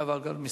זהבה גלאון?